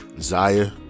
zaya